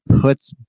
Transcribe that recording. puts